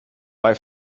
bei